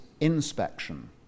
inspection